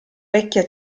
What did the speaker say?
vecchia